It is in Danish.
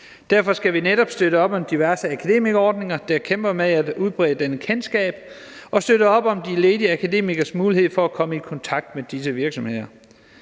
Derfor skal vi netop støtte op om diverse akademikerordninger, der kæmper med at udbrede dette kendskab, og støtte op om de ledige akademikeres mulighed for at komme i kontakt med disse virksomheder.